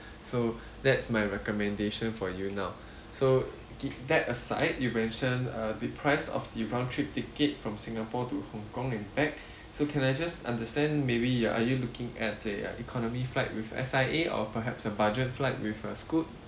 so that's my recommendation for you now so give that aside you mention uh the price of the round trip ticket from singapore to hong kong and back so can I just understand maybe you are are you looking at a uh economy flight with S_I_A or perhaps a budget flight with uh scoot